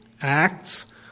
Acts